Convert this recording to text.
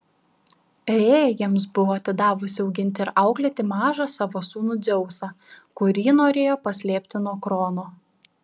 rėja jiems buvo atidavusi auginti ir auklėti mažą savo sūnų dzeusą kurį norėjo paslėpti nuo krono